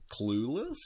clueless